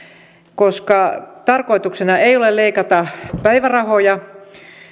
koska tarkoituksena ei ole leikata päivärahoja